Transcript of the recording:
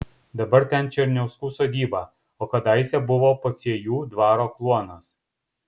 dabar ten černiauskų sodyba o kadaise buvo pociejų dvaro kluonas